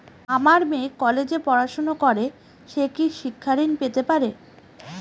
আমার মেয়ে কলেজে পড়াশোনা করে সে কি শিক্ষা ঋণ পেতে পারে?